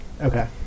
Okay